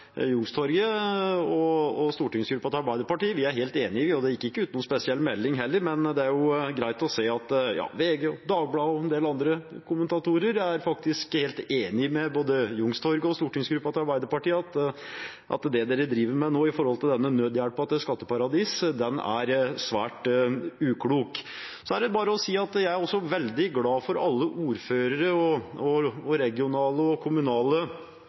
og vi i stortingsgruppa til Arbeiderpartiet er helt enige, og det gikk ikke ut noen spesiell melding heller. Men det er jo greit å se at VG, Dagbladet og en del andre kommentatorer faktisk er helt enig med både Youngstorget og stortingsgruppa til Arbeiderpartiet i at det regjeringen nå driver med i forbindelse med denne nødhjelpen til skatteparadis, er svært uklokt. Så er det bare å si at jeg også er veldig glad for alle ordførere og regionale og kommunale politikere som kjemper for sin kommune, og